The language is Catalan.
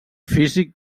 físic